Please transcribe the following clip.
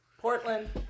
portland